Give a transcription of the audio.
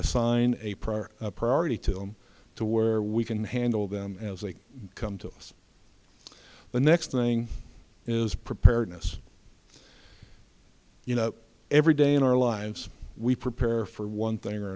assign a prayer priority to them to where we can handle them as they come to us the next thing is preparedness you know every day in our lives we prepare for one thing or